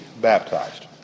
baptized